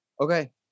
Okay